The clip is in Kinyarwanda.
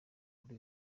kuri